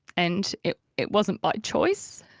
and it it wasn't by choice.